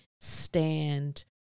stand